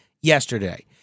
yesterday